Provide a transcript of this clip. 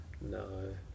No